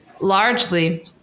largely